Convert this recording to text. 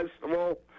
Festival